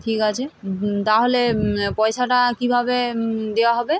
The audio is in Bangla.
ঠিক আছে তাহলে পয়সাটা কীভাবে দেওয়া হবে